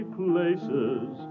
places